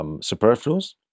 Superfluous